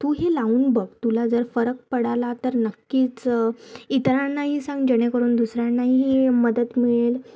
तूही लावून बघ तुला जर फरक पडला तर नक्कीच इतरांनाही सांग जेणेकरून दुसऱ्यांनाही मदत मिळेल